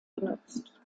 genutzt